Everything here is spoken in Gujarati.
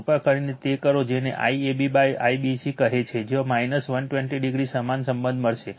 કૃપા કરીને તે કરો જેને IABIBC કહે છે જ્યાં 120o સમાન સંબંધ મળશે